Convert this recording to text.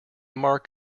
mark